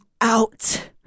out